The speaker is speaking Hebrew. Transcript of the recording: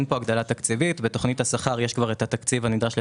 אני לא יכול שלא להתייחס למתקפה המאפיונרית של